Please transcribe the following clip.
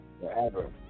Forever